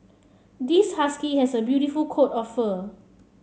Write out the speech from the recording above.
this husky has a beautiful coat of fur